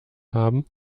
haben